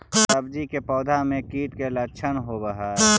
सब्जी के पौधो मे कीट के लच्छन होबहय?